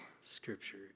scripture